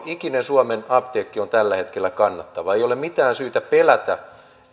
jokikinen suomen apteekki on tällä hetkellä kannattava ei ole mitään syytä pelätä